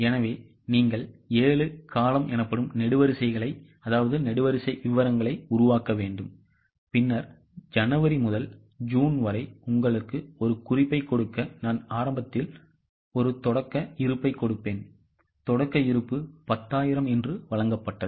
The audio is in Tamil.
எனவே நீங்கள் 7 நெடுவரிசை விவரங்களை உருவாக்க வேண்டும் பின்னர் ஜனவரி முதல் ஜூன் வரை உங்களுக்கு ஒரு குறிப்பைக் கொடுக்க நான் ஆரம்பத்தில் ஒரு தொடக்க இருப்பைக் கொடுப்பேன் தொடக்க இருப்பு 10000 என்று வழங்கப்பட்டது